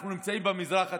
אנחנו נמצאים במזרח התיכון,